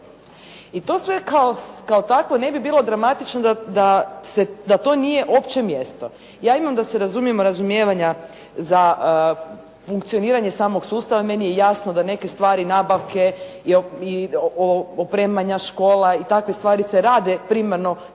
I to sve kao, kao takvo ne bi bilo dramatično da to nije uopće mjesto. Ja imam da se razumijemo razumijevanja za funkcioniranje samog sustava. Meni je jasno da neke stvari, nabavke i opremanja škola i takve stvari se rade primarno